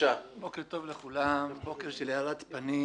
בוקר טוב לכולם, בוקר של הארת פנים,